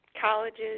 colleges